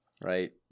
right